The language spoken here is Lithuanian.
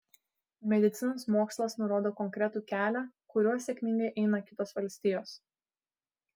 medicinos mokslas nurodo konkretų kelią kuriuo sėkmingai eina kitos valstijos